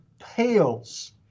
pales